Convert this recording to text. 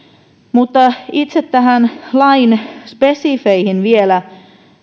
mutta itse tämän lain spesifeihin vielä